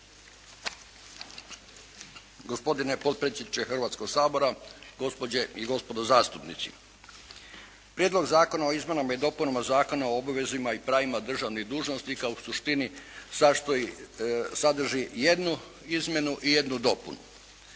Gospodine potpredsjedniče Hrvatskoga sabora, gospođe i gospodo zastupnici. Prijedlog zakona o izmjenama i dopunama Zakona o obvezama i pravima državnih dužnosnika u suštini sadrži jednu izmjenu i jednu dopunu.